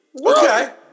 Okay